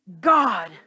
God